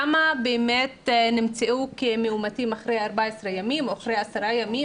כמה באמת נמצאו כמאומתים אחרי 14 ימים או אחרי עשרה ימים,